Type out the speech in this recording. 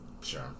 Sure